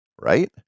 right